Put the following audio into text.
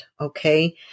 Okay